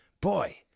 Boy